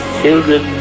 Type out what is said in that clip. children